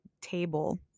table